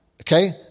Okay